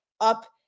up